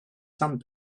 sand